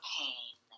pain